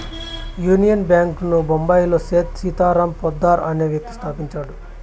union bank ను బొంబాయిలో సేథ్ సీతారాం పోద్దార్ అనే వ్యక్తి స్థాపించాడు